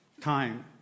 Time